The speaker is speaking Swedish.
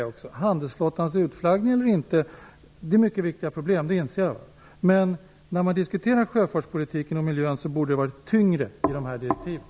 Jag inser att problemen med handelsflottans utflaggning eller inte är mycket viktiga. Men när det gäller sjöfartspolitiken och miljön borde det vara mer tyngd i direktiven.